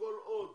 וכל עוד